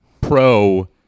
pro-